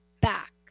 back